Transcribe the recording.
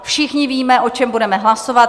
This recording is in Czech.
Všichni víme, o čem budeme hlasovat.